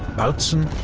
bautzen,